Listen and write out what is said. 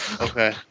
Okay